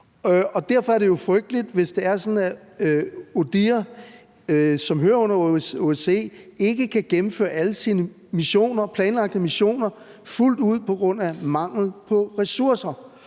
Derfor er det jo frygteligt, hvis det er sådan, at ODIHR, som hører under OSCE, ikke kan gennemføre alle sine missioner og planlagte missioner fuldt ud på grund af mangel på ressourcer.